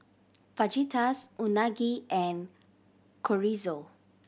Fajitas Unagi and Chorizo